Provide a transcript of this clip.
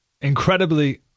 incredibly